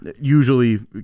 usually